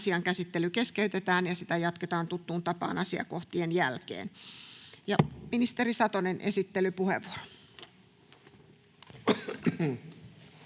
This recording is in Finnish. asian käsittely keskeytetään ja sitä jatketaan tuttuun tapaan muiden asiakohtien jälkeen. — Ministeri Satonen, esittelypuheenvuoro. [Speech